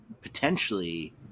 potentially